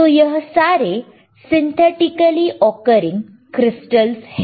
तो यह सारे सिंथेटिकली ओकरिंग क्रिस्टलस है